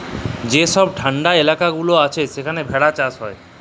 যে ছব ঠাল্ডা ইলাকা গুলা আছে সেখালে ভেড়া চাষ হ্যয়